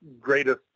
greatest